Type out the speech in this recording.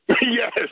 Yes